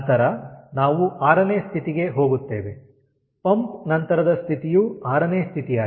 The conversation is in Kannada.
ನಂತರ ನಾವು 6ನೇ ಸ್ಥಿತಿಗೆ ಹೋಗುತ್ತೇವೆ ಪಂಪ್ ನಂತರದ ಸ್ಥಿತಿಯು 6ನೇ ಸ್ಥಿತಿಯಾಗಿದೆ